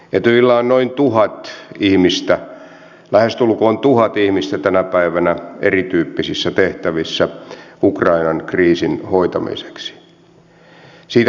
etyjillä on lähestulkoon tuhat ihmistä tänä päivänä erityyppisissä tehtävissä ukrainan kriisin hoitamiseksi